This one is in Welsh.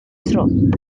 trwm